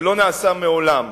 שלא נעשה מעולם.